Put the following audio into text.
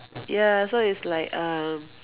ya so is like um